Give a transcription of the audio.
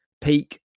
Peak